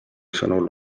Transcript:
sõnul